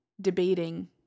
Debating